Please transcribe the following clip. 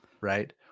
right